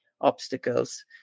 obstacles